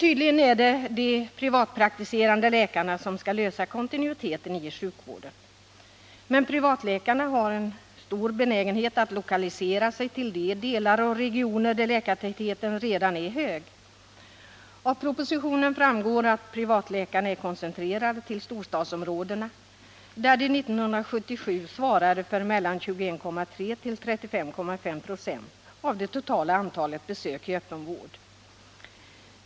Tydligen är det de privatpraktiserande läkarna som skall lösa problemet med bristen på kontinuitet i sjukvården. Men privatläkarna har en stor benägenhet att lokalisera sig till de delar och regioner där läkartätheten redan är hög. Av propositionen framgår att privatläkarna är koncentrerade till storstadsområdena, där de 1977 tog emot mellan 21,3 och 35,5 26 av det totala antalet besök i öppen vård.